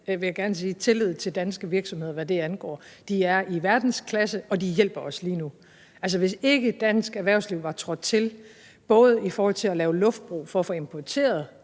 har fuldstændig tillid til danske virksomheder, hvad det angår, for de er i verdensklasse, og de hjælper os lige nu. Hvis ikke dansk erhvervsliv var trådt til, både i forhold til at lave luftbro for at få importeret